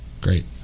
great